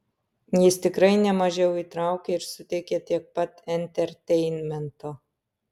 jis tikrai nemažiau įtraukia ir suteikia tiek pat enterteinmento